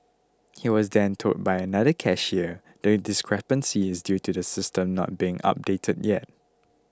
he was then told by another cashier the discrepancy is due to the system not being updated yet